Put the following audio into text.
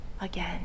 again